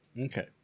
Okay